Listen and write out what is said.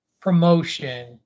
promotion